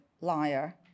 liar